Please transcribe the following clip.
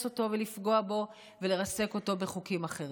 אותו ולפגוע בו ולרסק אותו בחוקים אחרים.